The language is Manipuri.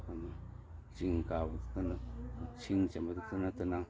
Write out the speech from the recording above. ꯆꯤꯡ ꯀꯥꯕꯗꯨꯇ ꯁꯤꯡ ꯆꯟꯕꯗꯨꯇ ꯅꯠꯇꯅ